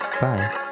Bye